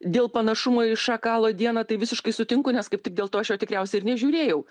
dėl panašumo į šakalo dieną tai visiškai sutinku nes kaip tik dėl to aš jau tikriausiai ir nežiūrėjau